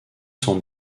s’en